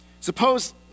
Suppose